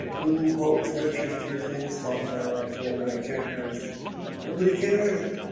you can quote scriptures to your things for for what it cares nobody cares